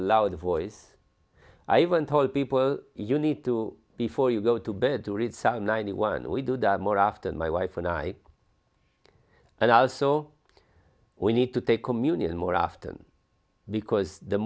a loud voice i haven't told people you need to before you go to bed to read psalm ninety one we do that more often my wife and i and also we need to take communion more often because the